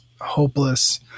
hopeless